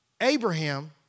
Abraham